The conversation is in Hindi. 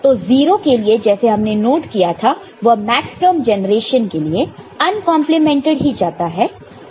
तो 0 के लिए जैसे हमने नोट किया था वह मैक्सटर्म जेनरेशन के लिए अनकंपलीमेंटेड ही जाता है